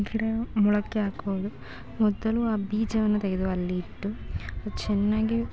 ಗಿಡ ಮೊಳಕೆ ಹಾಕೋದು ಮೊದಲು ಆ ಬೀಜವನ್ನು ತೆಗೆದು ಅಲ್ಲಿ ಇಟ್ಟು ಚೆನ್ನಾಗಿ